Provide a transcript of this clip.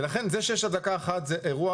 ולכן זה שיש הדלקה אחת זה אירוע